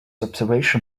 observation